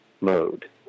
mode